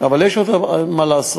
אבל יש עוד מה לעשות,